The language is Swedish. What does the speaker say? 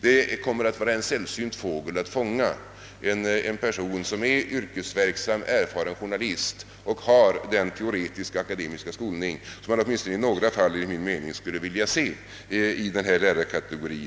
Detta kommer naturligtvis att vara en sällsynt fågel att fånga — en person som är yrkesverksam, erfaren journalist och har den teoretiska, akademiska skolning som vi åtminstone i några fall skulle vilja se i denna lärarkategori.